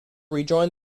rejoin